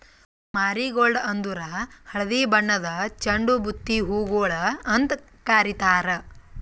marigold ಅಂದುರ್ ಹಳದಿ ಬಣ್ಣದ್ ಚಂಡು ಬುತ್ತಿ ಹೂಗೊಳ್ ಅಂತ್ ಕಾರಿತಾರ್